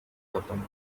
happen